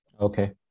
Okay